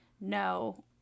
no